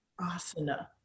asana